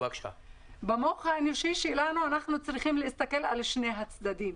במוח האנושי שלנו אנחנו צריכים להסתכל על שני הצדדים,